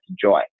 joy